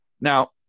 Now